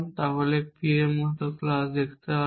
তাহলে P এর মত clause দেখতে পাবেন